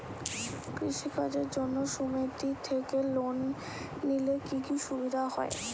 কৃষি কাজের জন্য সুমেতি থেকে লোন নিলে কি কি সুবিধা হবে?